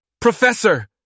Professor